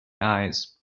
eyes